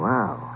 Wow